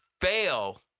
fail